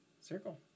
Circle